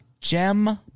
Gem